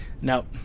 no